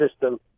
system